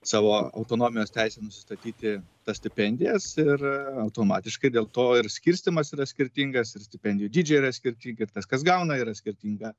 savo autonomijos teisę nusistatyti tas stipendijas ir automatiškai dėl to ir skirstymas yra skirtingas ir stipendijų dydžiai yra skirtingi ir tas kas gauna yra skirtinga